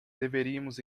deveríamos